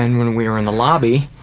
and when we were in the lobby,